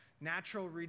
Natural